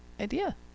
idea